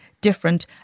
different